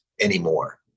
anymore